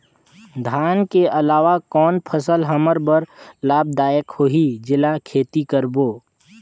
धान के अलावा कौन फसल हमर बर लाभदायक होही जेला खेती करबो?